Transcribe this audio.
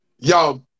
Yo